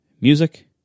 music